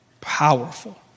powerful